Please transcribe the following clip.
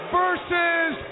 versus